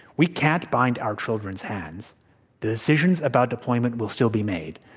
we can't bind our children's hands. the decisions about deployment will still be made,